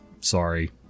sorry